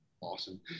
awesome